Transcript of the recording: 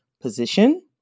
position